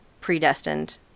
predestined